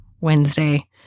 Wednesday